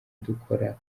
dukora